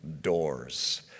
doors